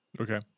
Okay